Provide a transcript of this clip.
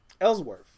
ellsworth